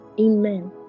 Amen